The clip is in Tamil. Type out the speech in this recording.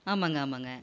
ஆமாங்க ஆமாங்க